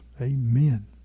Amen